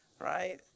right